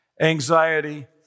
anxiety